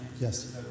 Yes